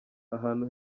ahantu